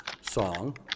song